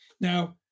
Now